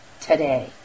today